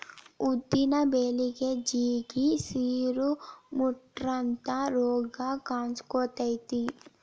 ಉದ್ದಿನ ಬಳಿಗೆ ಜಿಗಿ, ಸಿರು, ಮುಟ್ರಂತಾ ರೋಗ ಕಾನ್ಸಕೊತೈತಿ